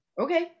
okay